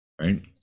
right